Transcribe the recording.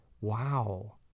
wow